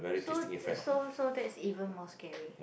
so so so that's even more scary